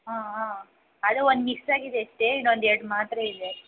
ಹಾಂ ಹಾಂ ಅದೇ ಒಂದು ಮಿಸ್ ಆಗಿದೆ ಅಷ್ಟೇ ಇನ್ನೊಂದೆರಡು ಮಾತ್ರೆಯಿದೆ